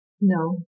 No